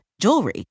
jewelry